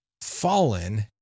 fallen